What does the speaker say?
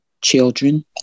children